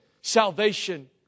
salvation